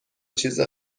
چیز